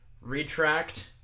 retract